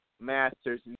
master's